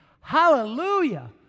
Hallelujah